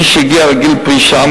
מי שהגיע לגיל פרישה,